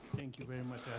thank you very much.